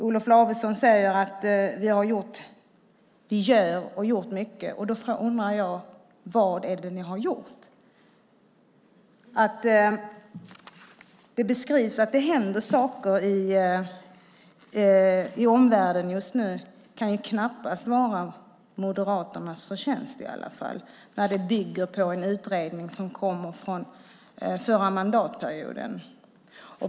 Olof Lavesson säger att man har gjort och gör mycket. Då undrar jag: Vad är det ni har gjort? Det beskrivs att det händer saker i omvärlden just nu, men det kan knappast vara Moderaternas förtjänst, när det bygger på en utredning som kommer från förra mandatperioden.